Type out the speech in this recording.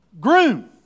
groom